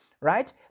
right